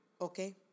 okay